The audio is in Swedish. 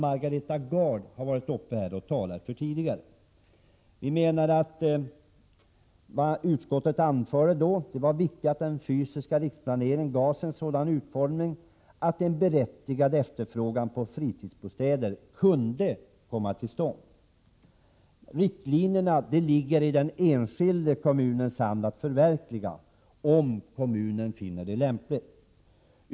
Margareta Gard har varit uppe och talat för reservationen. Utskottet anförde tidigare att det var viktigt att den fysiska riksplaneringen gavs en sådan utformning att en berättigad efterfrågan på fritidsbostäder kunde komma till stånd. Det åligger den enskilda kommunen att förverkliga riktlinjerna, om kommunen finner det lämpligt.